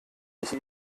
ich